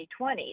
2020